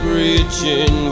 reaching